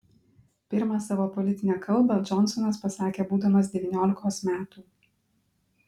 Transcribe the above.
pirmą savo politinę kalbą džonsonas pasakė būdamas devyniolikos metų